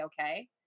okay